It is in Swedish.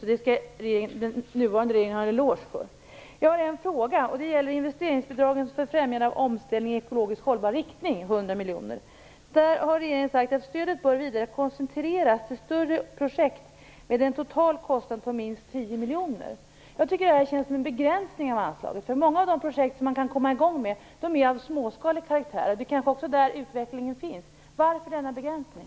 Detta skall den nuvarande regeringen ha en eloge för. Jag har en fråga. Den gäller investeringsbidragen om 100 miljoner för främjande av omställning i en ekologiskt hållbar riktning. Regeringen har sagt att stödet bör koncentreras till större projekt med en total kostnad på minst 10 miljoner. Jag tycker att detta känns som en begränsning av anslaget. Många av de projekt som man kan komma i gång med är av småskalig karaktär. Det är kanske också där utvecklingen finns. Varför finns denna begränsning?